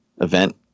event